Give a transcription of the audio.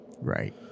Right